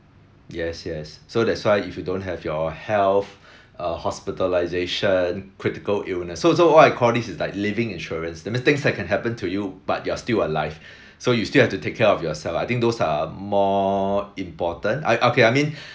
yes yes so that's why if you don't have your health hospitalisation critical illness so so what I call this is like living insurance that mean things that can happen to you but you are still alive so you still have to take care of yourself I think those are more important I okay I mean